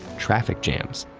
traffic jams,